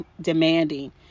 demanding